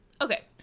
Okay